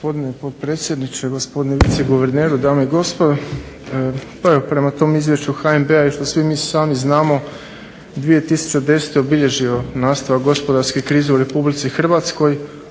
Gospodine potpredsjedniče, gospodine viceguverneru, dame i gospodo. Pa evo prema tom Izvješću HNB-a i što svi mi sami znamo 2010. obilježio nastavak gospodarske krize u Republici Hrvatskoj